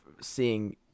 seeing